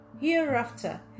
Hereafter